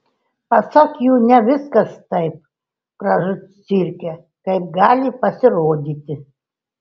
pasak jų ne viskas taip gražu cirke kaip gali pasirodyti